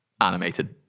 animated